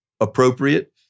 appropriate